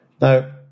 Now